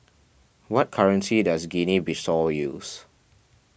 what currency does Guinea Bissau use